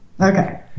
Okay